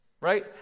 right